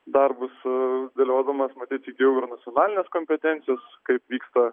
darbus dėliodamas matyt įgijau ir nacionalinės kompetencijos kaip vyksta